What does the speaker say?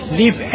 leave